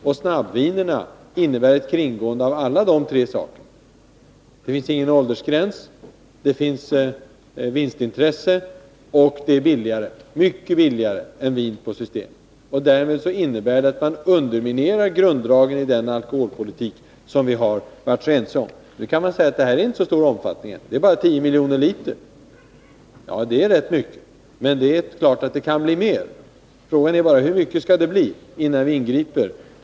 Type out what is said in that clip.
Och snabbvinerna innebär ett kringgående av alla de tre sakerna: det finns ingen åldersgräns, det finns vinstintresse och det är mycket billigare än vin på Systemet. Att tillåta snabbvinerna innebär därför att underminera grundvalen i den alkoholpolitik som vi har varit ense om. Nu kan man säga att snabbvinerna ännu inte har så stor omfattning, det är bara 10 miljoner liter. Det är rätt mycket, men det är klart att det kan bli mer. Frågan är bara hur mycket det skall bli innan vi ingriper.